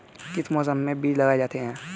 किस मौसम में बीज लगाए जाते हैं?